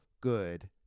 good